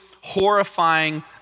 horrifying